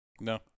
No